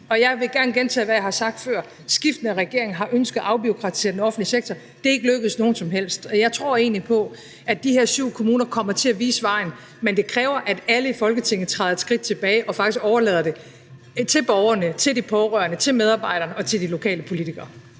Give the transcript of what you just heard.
Jeg vil gerne gentage, hvad jeg har sagt før: Skiftende regeringer har ønsket at afbureaukratisere den offentlige sektor, men det er ikke lykkedes nogen som helst. Jeg tror egentlig på, at de her syv kommuner kommer til at vise vejen, men det kræver, at alle i Folketinget træder et skridt tilbage og faktisk overlader det til borgerne, til de pårørende, til medarbejderne og til de lokale politikere.